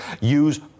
use